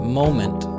moment